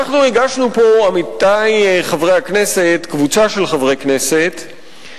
עמיתי חברי הכנסת, אנחנו, קבוצה של חברי כנסת,